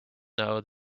know